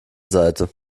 seite